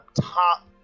top